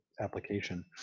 Application